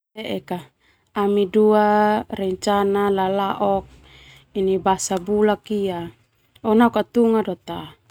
Ami dua rencana lalaok ini basa bulak ia. O nauk tunga do ta.